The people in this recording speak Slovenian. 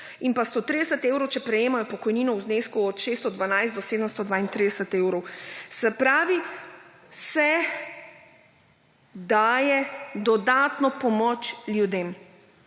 in pa 130 evrov, če prejemajo pokojnino v znesku od 612 do 732 evrov. Se pravi, se daje dodatno pomoč ljudem.